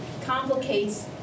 complicates